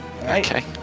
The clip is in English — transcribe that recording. Okay